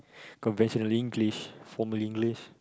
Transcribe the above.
conventional English formal English